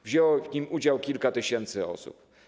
Wzięło w nim udział kilka tysięcy osób.